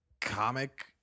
comic